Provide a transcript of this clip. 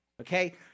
okay